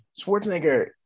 Schwarzenegger